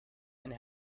and